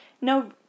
no